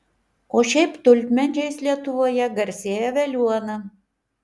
o šiaip tulpmedžiais lietuvoje garsėja veliuona